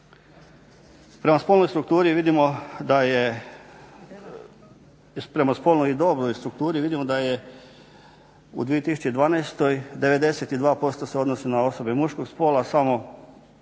Prema spolnoj i dobnoj strukturi vidimo da je u 2012. 92% se odnosi na osobe muškog spola, samo